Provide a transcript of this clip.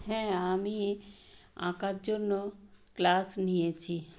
হ্যাঁ আমি আঁকার জন্য ক্লাস নিয়েছি